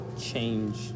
change